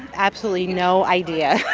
absolutely no idea.